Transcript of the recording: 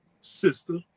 sister